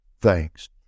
thanks